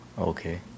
Okay